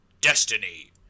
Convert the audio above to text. Destiny